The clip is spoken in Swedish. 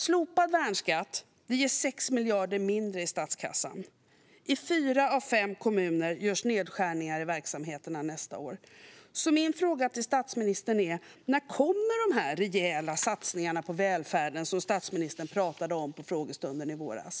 Slopad värnskatt ger 6 miljarder mindre i statskassan. I fyra av fem kommuner görs nedskärningar i verksamheterna nästa år. Min fråga till statsministern är: När kommer de rejäla satsningarna på välfärden som statsministern pratade om på frågestunden i våras?